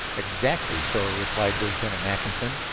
exactly, sir, replied lieutenant mackinson,